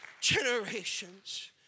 generations